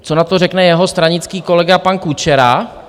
Co na to řekne jeho stranický kolega pan Kučera?